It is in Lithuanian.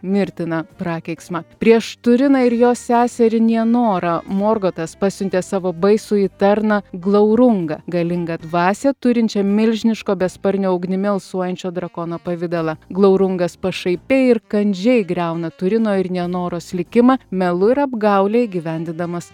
mirtiną prakeiksmą prieš turiną ir jo seserį nienorą morgotas pasiuntė savo baisųjį tarną glaurumgą galingą dvasią turinčią milžiniško besparnio ugnimi alsuojančio drakono pavidalą glaurumgas pašaipiai ir kandžiai griauna turino ir nienoros likimą melu ir apgaule įgyvendindamas